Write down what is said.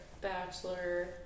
Bachelor